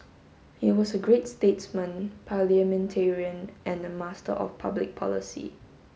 he was a great statesman parliamentarian and a master of public policy